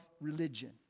religion